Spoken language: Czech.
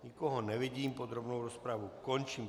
Nikoho nevidím, podrobnou rozpravu končím.